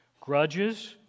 Grudges